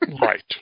Right